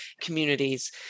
communities